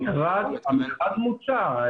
המכרז מוצא.